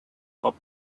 hop